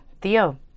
Theo